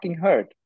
hurt